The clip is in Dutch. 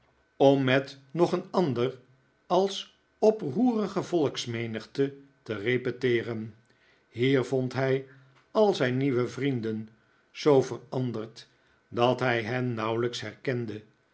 om met nog een ander als oproerige volksmenigte te repeteeren hier vond hij al zijn nieuwe vrienden zoo veranderd dat hij hen nauwelijks herkende